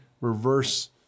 reverse